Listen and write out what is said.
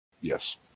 Yes